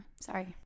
Sorry